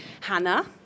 Hannah